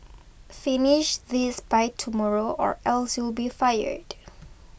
finish this by tomorrow or else you'll be fired